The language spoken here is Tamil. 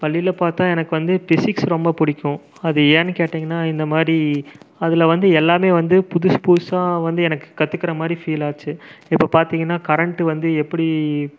பள்ளியில் பார்த்தா எனக்கு வந்து பிசிக்ஸ் ரொம்ப பிடிக்கும் அது ஏன்னு கேட்டீங்கன்னால் இந்தமாதிரி அதில் வந்து எல்லாமே வந்து புதுசு புதுசா வந்து எனக்கு கத்துக்கிற மாதிரி ஃபீல் ஆச்சி இப்போ பாத்தீங்கன்னா கரண்ட்டு வந்து எப்படி